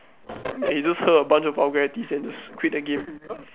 ya he just heard a bunch of vulgarities and just quit the game